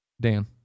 Dan